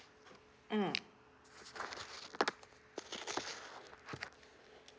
mm